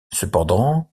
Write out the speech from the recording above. cependant